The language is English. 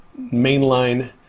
mainline